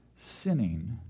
sinning